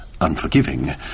unforgiving